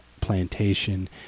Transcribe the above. plantation